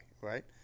Right